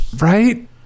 Right